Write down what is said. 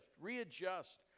readjust